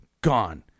gone